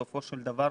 בסופו של דבר,